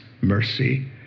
mercy